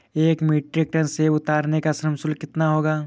एक metric tonne सेव उतारने का श्रम शुल्क कितना होगा?